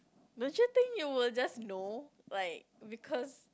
don't you think you will just know like because